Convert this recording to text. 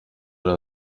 yari